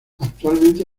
actualmente